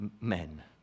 men